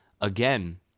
again